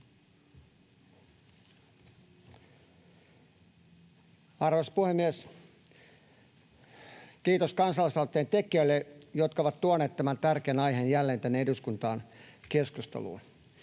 Arvoisa puhemies! Kiitos kansalaisaloitteen tekijöille, jotka ovat tuoneet tämän tärkeän aiheen jälleen tänne eduskuntaan keskusteluun.